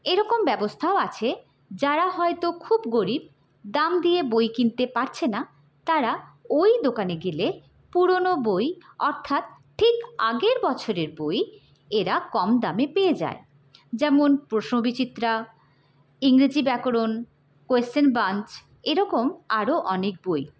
এইরকম ব্যবস্থাও আছে যারা হয়তো খুব গরিব দাম দিয়ে বই কিনতে পারছে না তারা ওই দোকানে গেলে পুরনো বই অর্থাৎ ঠিক আগের বছরের বই এরা কম দামে পেয়ে যায় যেমন প্রশ্ন বিচিত্রা ইংরেজি ব্যাকরণ কোয়েশ্চেন বাঞ্চ এরকম আরও অনেক বই